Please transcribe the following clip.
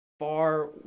far